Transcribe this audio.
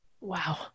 Wow